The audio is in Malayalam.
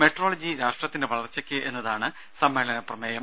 മെട്രോളജി രാഷ്ട്രത്തിന്റെ വളർച്ചയ്ക്ക് എന്നതാണ് സമ്മേളന പ്രമേയം